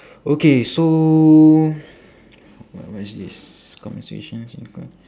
okay so what what is this common situations in c~